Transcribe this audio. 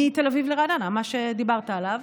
מתל אביב לרעננה, מה שדיברת עליו,